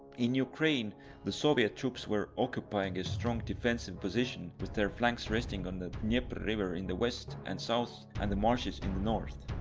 in ukraine the soviet troops were occupying occupying a strong defensive position, with their flanks resting on the dnieper river in the west and south and the marshes in the north.